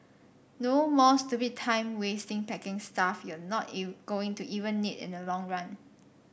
no more stupid time wasting packing stuff you're not going to even need in the long run